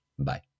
Bye